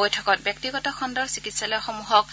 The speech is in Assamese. বৈঠকত ব্যক্তিগত খণুৰ চিকিৎসালয়সমূহক